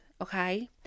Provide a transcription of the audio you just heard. okay